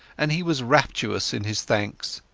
and he was rapturous in his thanks.